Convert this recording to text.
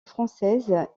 française